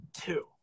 Two